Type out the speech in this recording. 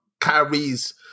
Kyrie's